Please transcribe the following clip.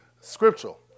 Scriptural